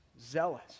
zealous